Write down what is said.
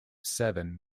seven